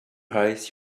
ice